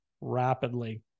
rapidly